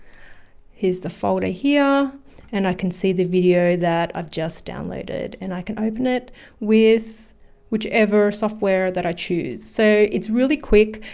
here's the folder here and i can see the video that i've just downloaded and i can open it with whichever software that i choose. so it's really quick.